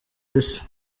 isi